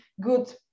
good